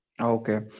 okay